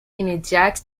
immédiate